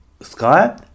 sky